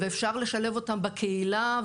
אפשר לשלב אותם בקהילה,